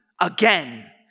again